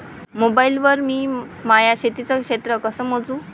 Mobile वर मी माया शेतीचं क्षेत्र कस मोजू?